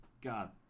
God